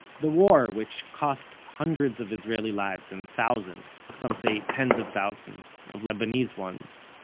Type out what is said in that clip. the war, which cost hundreds of israeli lives and thousands some say tens of thousands of lebanese ones,